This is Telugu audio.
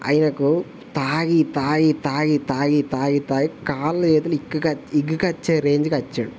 ఆయనకు త్రాగి త్రాగి త్రాగి త్రాగి త్రాగి త్రాగి కాళ్ళు చేతులు ఇక ఇగ్గుకొచ్చే రేంజ్కి వచ్చాడు